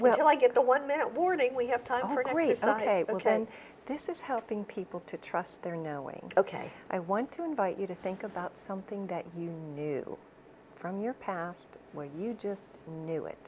well i get the one minute warning we have time for every day and this is helping people to trust their knowing ok i want to invite you to think about something that you knew from your past where you just knew it